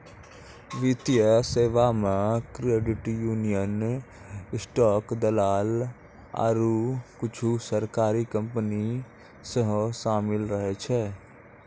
वित्तीय सेबा मे क्रेडिट यूनियन, स्टॉक दलाल आरु कुछु सरकारी कंपनी सेहो शामिल रहै छै